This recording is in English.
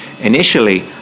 initially